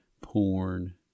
porn